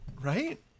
Right